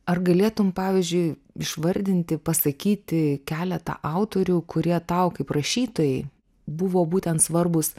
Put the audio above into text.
ar galėtum pavyzdžiui išvardinti pasakyti keletą autorių kurie tau kaip rašytojai buvo būtent svarbūs